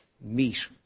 meet